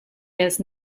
has